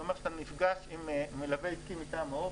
זה אומר שאתה נפגש עם מלווה עסקי מטעם מעוף,